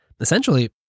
Essentially